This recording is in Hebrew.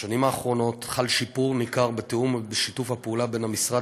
בשנים האחרונות חל שיפור ניכר בתיאום ובשיתוף הפעולה בין המשרד